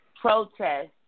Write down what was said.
protest